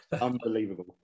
Unbelievable